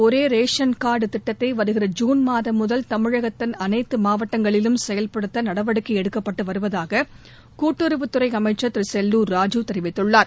ஒரே ration card திட்டத்தை வருகிற ஜூன் மாதம் முதல் தமிழகத்தின் அனைத்து மாவட்டங்களிலும் செயல்படுத்த நடவடிக்கை எடுக்கப்பட்டு வருவதாக கூட்டுறவுத் துறை அமைச்சா் திரு செல்லூர் ராஜூ தெரிவித்துள்ளார்